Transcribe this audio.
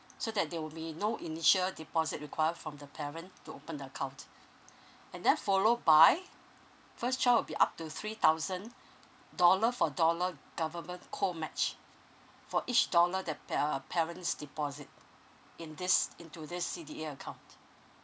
so that there will be no initial deposit require from the parent to open the account and then follow by first child will be up to three thousand dollar for dollar government co match for each dollar the p~ uh parents deposit in this into this C_D_A account